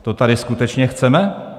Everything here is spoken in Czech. To tady skutečně chceme?